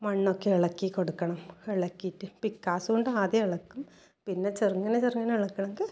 മണ്ണൊക്കെ ഇളക്കി കൊടുക്കണം ഇളക്കിയിട്ട് പിക്കാസുകൊണ്ട് ആദ്യം ഇളക്കും പിന്നെ പിന്നെ ചെറുങ്ങനെ ചെറുങ്ങനെ ഇളക്കണമെങ്കിൽ